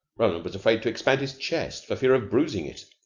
roland was afraid to expand his chest for fear of bruising it.